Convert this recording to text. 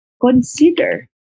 consider